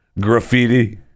graffiti